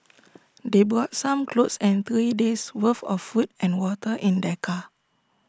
they brought some clothes and three days' worth of food and water in their car